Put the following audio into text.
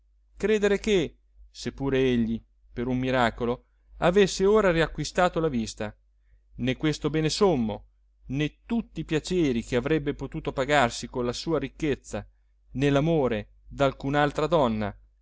credere che se pure egli per un miracolo avesse ora riacquistato la vista né questo bene sommo né tutti i piaceri che avrebbe potuto pagarsi con la sua ricchezza né l'amore d'alcun'altra donna